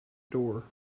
door